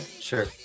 Sure